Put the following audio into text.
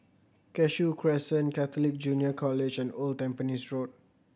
Cashew Crescent Catholic Junior College and Old Tampines Road